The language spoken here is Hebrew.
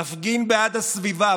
נפגין בעד הסביבה,